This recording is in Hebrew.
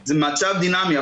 זה מצב דינמי.